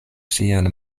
ŝian